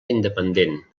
independent